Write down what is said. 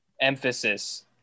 emphasis